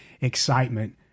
excitement